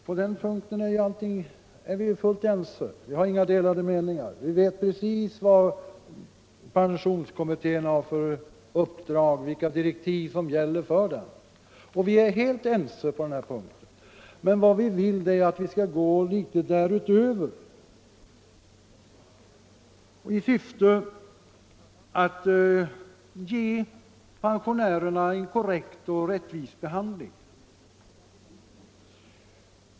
På den punkten är vi helt ense. Vi har inga delade meningar om pensionskommitténs uppdrag och vilka direktiv som gäller för den. På vårt håll önskar vi emellertid gå litet därutöver i syfte att ge pensionärerna en korrekt och rättvis behandling.